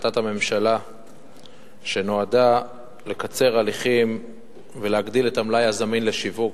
להחלטת הממשלה שנועדה לקצר הליכים ולהגדיל את המלאי הזמין לשיווק.